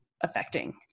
affecting